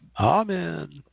Amen